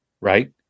right